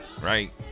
Right